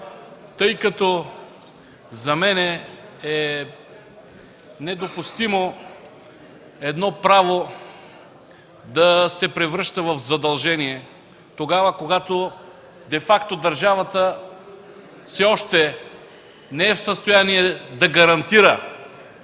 тъй като за мен е недопустимо едно право да се превръща в задължение, тогава когато де факто държавата все още не е в състояние да гарантира